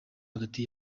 hagati